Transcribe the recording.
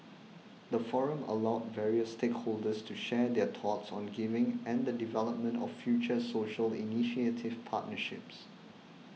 the forum allowed various stakeholders to share their thoughts on giving and the development of future social initiative partnerships